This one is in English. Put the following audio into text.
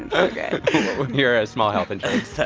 ok you're a small health insurance so